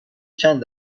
چند